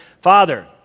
Father